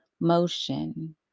motion